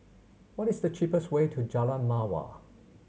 what is the cheapest way to Jalan Mawar